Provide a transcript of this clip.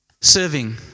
serving